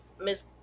Miss